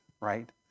right